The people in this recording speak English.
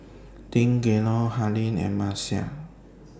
Deangelo Harlene and Marcia